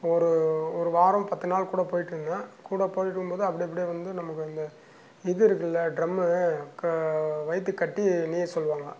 ஒரு ஒரு வாரம் பத்து நாள் கூட போயிட்டுருந்தேன் கூட போயிட்டு இருக்கும் போது அப்படி அப்படியே வந்து நமக்கு இந்த இது இருக்குல்ல ட்ரம்மு க வைத்து கட்டி நீய சொல்லுவாங்க